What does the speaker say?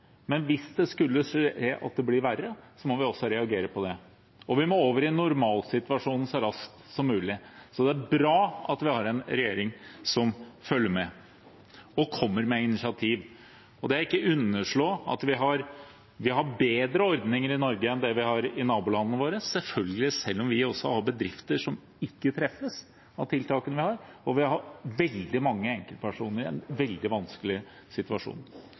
men hvis den skulle bli verre, må vi også reagere på det. Og vi må over i en normalsituasjon så raskt som mulig. Det er bra at vi har en regjering som følger med og kommer med initiativ. Det er ikke til å underslå at vi har bedre ordninger i Norge enn de har i nabolandene våre, selv om vi selvfølgelig også har bedrifter som ikke treffes av tiltakene vi har, og vi har veldig mange enkeltpersoner i en veldig vanskelig situasjon.